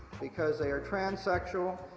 because they are transsexual,